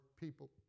people